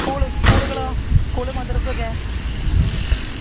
school സ്കൂളുകളോ school മദ്രസ ഒക്കെ